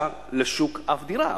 יצאה לשוק אף דירה.